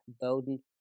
Bowden